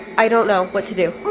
i don't know what to do.